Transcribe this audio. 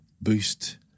Boost